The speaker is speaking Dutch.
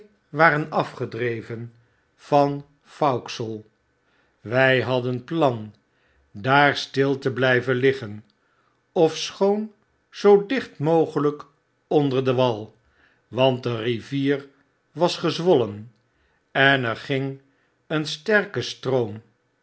waren afgedreven van vauxhall wij hadden plan daar stil te blijven liggen ofschoon zoo dicht mogelyk onder den wal want de rivier was gezwollen en er ging een s'erke stroom